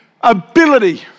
ability